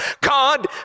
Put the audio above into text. God